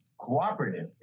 cooperative